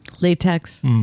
Latex